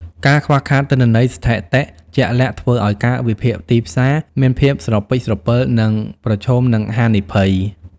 ការខ្វះខាតទិន្នន័យស្ថិតិជាក់លាក់ធ្វើឱ្យការវិភាគទីផ្សារមានភាពស្រពិចស្រពិល និងប្រឈមនឹងហានិភ័យ។